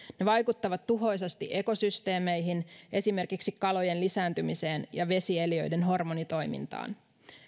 ne vaikuttavat tuhoisasti ekosysteemeihin esimerkiksi kalojen lisääntymiseen ja vesieliöiden hormonitoimintaan